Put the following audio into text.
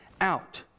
out